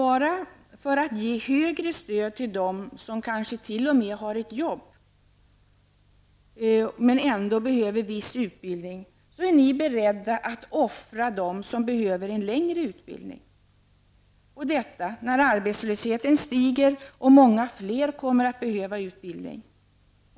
Bara för att ge högre stöd till dem som kanske t.o.m. har ett jobb men ändå behöver viss utbildning, så är ni beredda att offra dem som behöver en längre utbildning -- och detta när arbetslösheten stiger och många fler kommer att behöva utbildning.